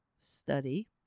study